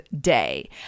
day